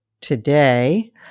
today